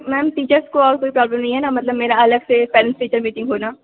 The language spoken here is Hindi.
मैम टीचर्स को और कोई प्रॉब्लम नहीं है ना मतलब मेरा अलग से पेरेंट्स टीचर मीटिंग होना